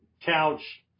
Couch